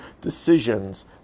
decisions